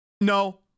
No